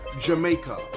Jamaica